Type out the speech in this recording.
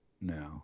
No